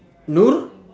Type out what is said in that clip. nurul